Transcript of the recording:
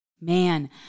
Man